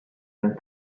and